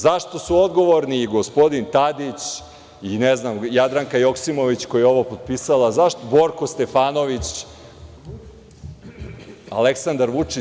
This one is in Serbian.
Zašto su odgovorni i gospodin Tadić i Jadranka Joksimović, koja je ovo potpisala, Borko Stefanović, Aleksandar Vučić?